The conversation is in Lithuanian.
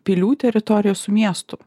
pilių teritoriją su miestu